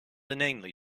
inanely